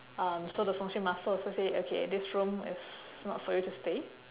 um so the 风水 master also say okay this room is not for you to stay